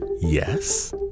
Yes